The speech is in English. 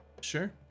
Sure